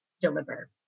deliver